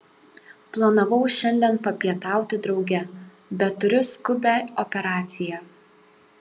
planavau šiandien papietauti drauge bet turiu skubią operaciją